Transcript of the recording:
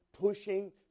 pushing